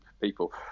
people